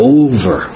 over